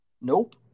Nope